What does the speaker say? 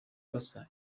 basa